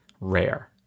rare